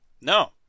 No